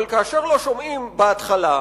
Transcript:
אבל כאשר לא שומעים בהתחלה,